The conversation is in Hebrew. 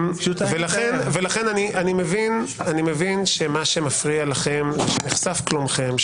אני מבין שמה שמפריע לכם שנחשף קלונכם,